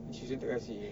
the children tak kasi